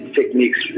techniques